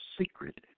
secret